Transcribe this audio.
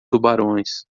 tubarões